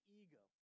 ego